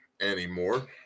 anymore